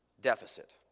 deficit